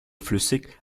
flüssig